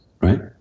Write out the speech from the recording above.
right